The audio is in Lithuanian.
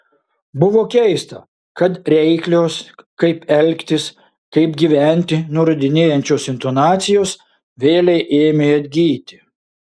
buvo keista kad reiklios kaip elgtis kaip gyventi nurodinėjančios intonacijos vėlei ėmė atgyti